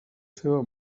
seva